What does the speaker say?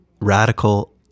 radical